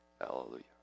Hallelujah